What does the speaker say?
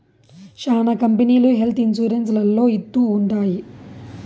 శ్యానా కంపెనీలు health insurance లలో ఇత్తూ ఉంటాయి